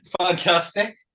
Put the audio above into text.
Fantastic